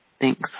Thanks